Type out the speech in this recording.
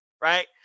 right